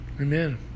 amen